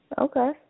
Okay